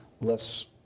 less